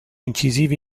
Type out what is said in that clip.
incisivi